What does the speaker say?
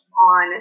on